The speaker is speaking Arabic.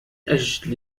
أجل